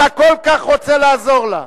אתה כל כך רוצה לעזור לה.